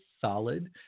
solid